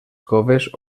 coves